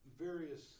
various